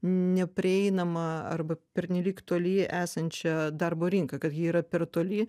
neprieinama arba pernelyg toli esančia darbo rinka kad ji yra per toli